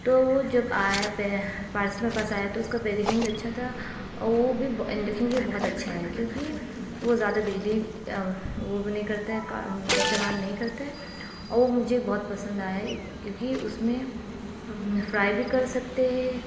تو وہ جب آیا پارسل میرے پاس آیا تو اس کا پیکیجنگ بھی اچھا تھا اور وہ بھی انڈکشن بھی بہت اچھا ہے کیونکہ وہ زیادہ بجلی وہ بھی نہیں کرتا ہے استعمال نہیں کرتا ہے اور وہ مجھے بہت پسند آیا کیونکہ اس میں فرائی بھی کر سکتے ہے